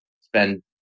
spend